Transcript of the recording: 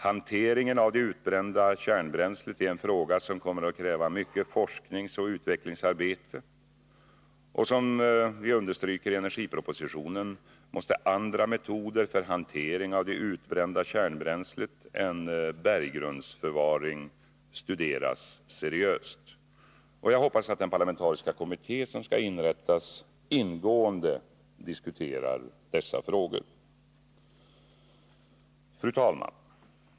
Hanteringen av det utbrända kärnbränslet är en fråga som kommer att kräva mycket forskningsoch utvecklingsarbete, och som vi understryker i energipropositionen måste andra metoder för hantering av det utbrända kärnbränslet än berggrundsförvaring studeras seriöst. Jag hoppas att den parlamentariska kommitté som skall inrättas ingående diskuterar dessa frågor. Fru talman!